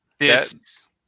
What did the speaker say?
Yes